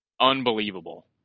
unbelievable